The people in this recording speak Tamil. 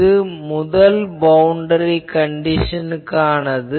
இது முதல் பவுண்டரி கண்டிஷனுக்கானது